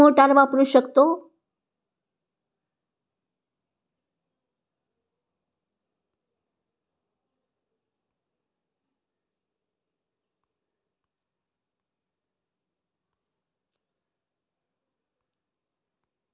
गव्हाला पाणी देण्यासाठी मी कोणती मोटार वापरू शकतो?